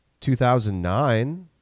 2009